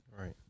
Right